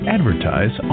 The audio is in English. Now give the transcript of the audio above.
Advertise